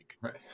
right